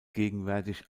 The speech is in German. gegenwärtig